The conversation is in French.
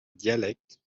dialecte